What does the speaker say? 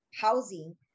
housing